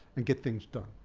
and get things done.